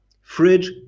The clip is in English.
fridge